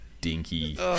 dinky